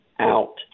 out